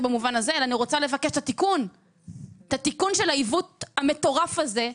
אלא אני רוצה לבקש מהם את תיקון העיוות המטורף הזה,